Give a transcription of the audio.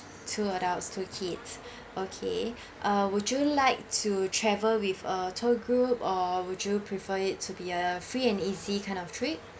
two adults two kids okay uh would you like to travel with a tour group or would you prefer it to be a free and easy kind of trip